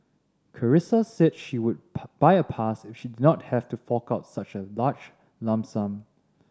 Carissa said she would buy a pass if she did not have to fork out such a large lump sum